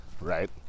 right